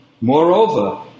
Moreover